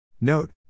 Note